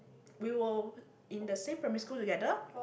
we were in the same primary school together